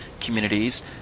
communities